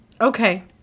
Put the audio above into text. Okay